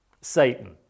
Satan